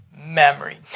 memory